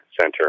Center